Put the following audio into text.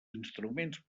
instruments